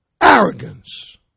arrogance